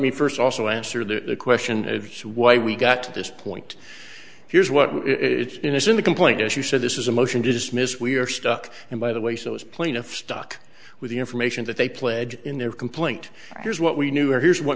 me first also answer the question of why we got to this point here's what it is in the complaint as you said this is a motion to dismiss we are stuck and by the way so is plaintiff stuck with the information that they pledged in their complaint here's what we knew or here's what